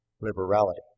liberality